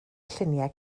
lluniau